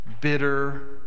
bitter